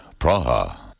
Praha